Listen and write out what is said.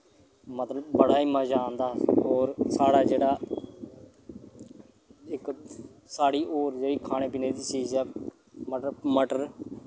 मतलब बड़ा ही मजा आंदा मतलब होर साढ़ा जेह्ड़ा इक साढ़ी होर जेह्ड़ी खाने पीने दी चीज़ ऐ मतलब मटर